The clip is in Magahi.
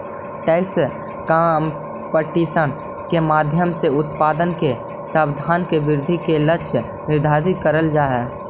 टैक्स कंपटीशन के माध्यम से उत्पादन के संसाधन के वृद्धि के लक्ष्य निर्धारित करल जा हई